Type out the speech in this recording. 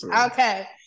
okay